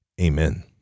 Amen